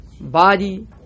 body